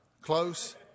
Close